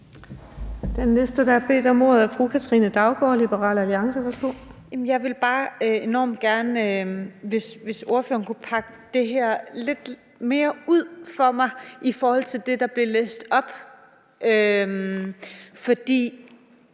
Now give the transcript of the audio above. Jeg vil bare enormt gerne, hvis ordføreren kunne pakke det her lidt mere ud for mig, i forhold til det der blev læst op. For